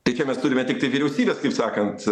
tai čia mes turime tiktai vyriausybės kaip sakant